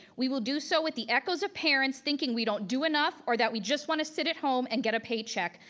we will do so with the echoes of parents thinking we don't do enough or that we just wanna sit at home and get a paycheck.